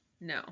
no